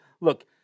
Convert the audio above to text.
look